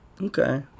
Okay